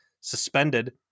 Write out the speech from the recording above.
suspended